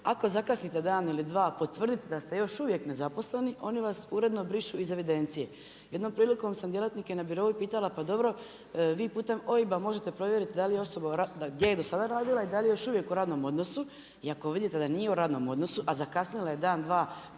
ako zakasnite dan ili 2, potvrdite da ste još uvijek nezaposleni, oni vas uredno brišu iz evidencije. Jednom prilikom sam djelatnike na Birou, pitala, pa dobro vi putem OIB-a možete provjeriti da li je osoba, gdje je do sada radila i da li je još uvijek u radnom odnosu, i ako vidite da nije u radnom odnosu, a zakasnila je dan, dva,